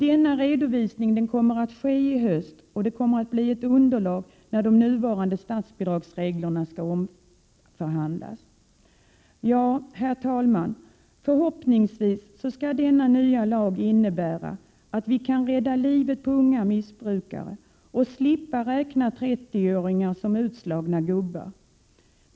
Denna redovisning kommer att ske i höst och blir ett underlag när de nuvarande statsbidragsreglerna skall omförhandlas. Ja, herr talman, förhoppningsvis skall denna nya lag innebära att vi kan rädda livet på unga missbrukare och slippa räkna 30-åringar som utslagna gubbar.